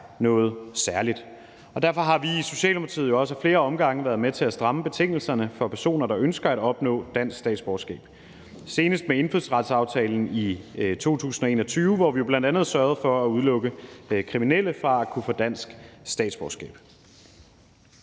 noget særligt. Derfor har vi i Socialdemokratiet jo også ad flere omgange været med til at stramme betingelserne for personer, der ønsker at opnå dansk statsborgerskab, senest med indfødsretsaftalen i 2021, hvor vi jo bl.a. sørgede for at udelukke kriminelle fra at kunne få dansk statsborgerskab.